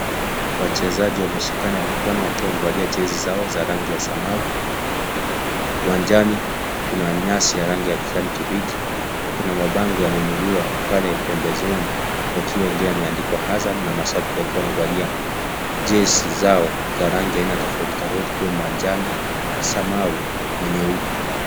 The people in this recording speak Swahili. Wachezaji wameshikana mikono wakiwa wamevalia jezi zao za rangi ya samawi uwanjani kuna nyasi ya rangi ya kijani kibichi , na kuna mabango yameinuliwa pale pembezoni yakiwa mengine yameandikwa Azam na mashabiki wakiwa wamevalia jezi zao za rangi aina tofauti tofauti ikiwa manjano, samawi na nyeupe.